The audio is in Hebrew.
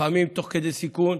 לפעמים תוך כדי סיכון,